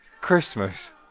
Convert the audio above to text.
Christmas